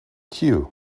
cue